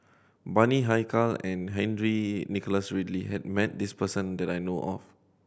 Bani Haykal and Henry Nicholas Ridley has met this person that I know of